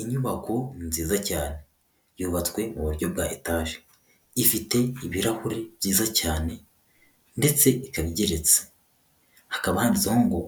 Inyubako nziza cyane yubatswe mu buryo bwa etaje, ifite ibirahuri byiza cyane ndetse ikaba igeretse, hakaba harinditseho ngo